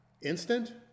instant